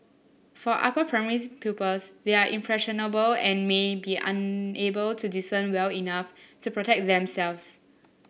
for upper primary pupils they are impressionable and may be unable to discern well enough to protect themselves